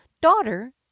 daughter